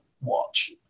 watch